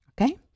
Okay